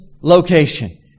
location